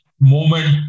moment